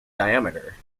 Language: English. diameter